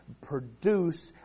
produce